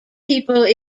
people